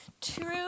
True